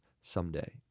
someday